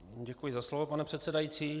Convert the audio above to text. Děkuji za slovo, pane předsedající.